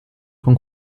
con